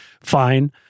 fine